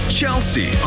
Chelsea